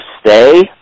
stay